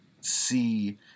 see